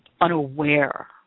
unaware